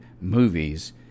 movies